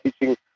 teaching